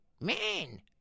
man